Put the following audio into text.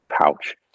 pouch